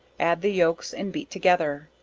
add the yolks and beat together,